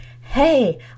hey